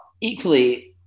equally